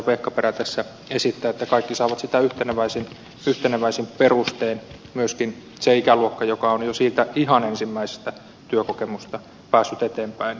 vehkaperä tässä esittää että kaikki saavat sitä yhteneväisin perustein myöskin se ikäluokka joka on jo siitä ihan ensimmäisestä työkokemuksesta päässyt eteenpäin ja ohi